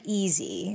easy